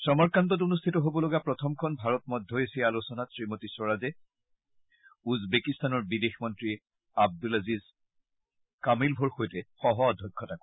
সমৰকাণ্ডত অনুষ্ঠিত হবলগা প্ৰথমখন ভাৰত মধ্য এছিয়া আলোচনাত শ্ৰীমতী স্বৰাজে উজবেকিস্তানৰ বিদেশ মন্ত্ৰী আব্দুলাজিজ কামিলভৰ সৈতে সহঃ অধ্যক্ষতা কৰিব